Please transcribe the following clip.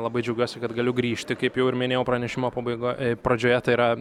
labai džiaugiuosi kad galiu grįžti kaip jau ir minėjau pranešimo pabaigoj pradžioje tai yra